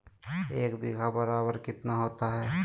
एक बीघा बराबर कितना होता है?